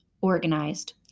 organized